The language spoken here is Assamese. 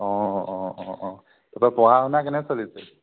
অঁ অঁ অঁ তাৰপৰা পঢ়া শুনা কেনে চলিছে